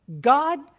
god